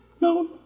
No